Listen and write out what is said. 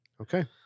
Okay